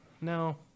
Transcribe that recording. no